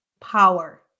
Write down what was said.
Power